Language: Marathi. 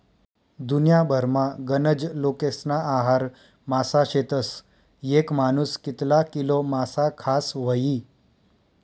दुन्याभरमा गनज लोकेस्ना आहार मासा शेतस, येक मानूस कितला किलो मासा खास व्हयी?